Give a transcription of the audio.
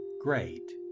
great